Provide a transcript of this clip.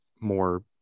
more